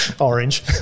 orange